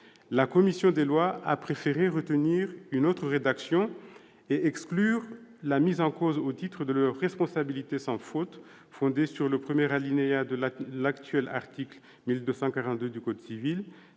La commission des lois a souhaité retenir une autre rédaction et exclure la mise en cause au titre de leur responsabilité sans faute, fondée sur le premier alinéa de l'actuel article 1242 du code civil,